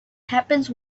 happens